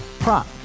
Prop